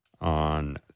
on